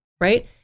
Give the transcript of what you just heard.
right